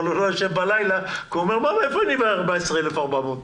אבל הוא לא ישן בלילה כי הוא אומר: איך אביא 14,400 שקל?